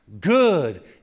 good